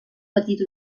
petit